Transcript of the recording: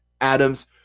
Adams